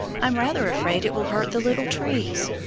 i'm rather afraid it will hurt the little trees.